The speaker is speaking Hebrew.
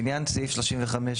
לעניין 35 ב',